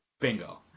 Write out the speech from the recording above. Bingo